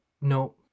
No